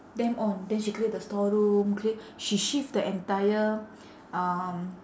damn on then she clear the store room cl~ she shift the entire um